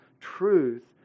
truth